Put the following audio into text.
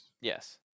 Yes